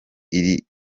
iri